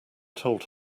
told